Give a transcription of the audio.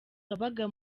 wabaga